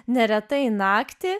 neretai naktį